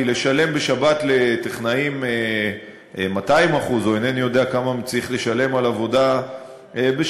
כי לשלם בשבת לטכנאים 200% או אינני יודע כמה צריך לשלם על עבודה בשבת,